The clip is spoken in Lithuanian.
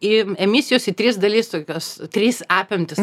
į emisijos į tris dalis tokios trys apimtys